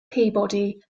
peabody